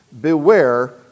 beware